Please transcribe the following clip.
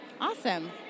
Awesome